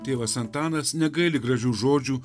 tėvas antanas negaili gražių žodžių